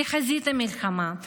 לחזית המלחמה.